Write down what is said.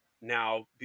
now